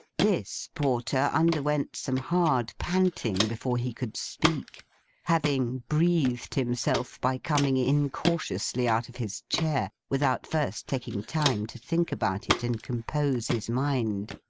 this porter underwent some hard panting before he could speak having breathed himself by coming incautiously out of his chair, without first taking time to think about it and compose his mind.